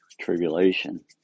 tribulation